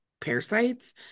parasites